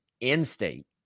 in-state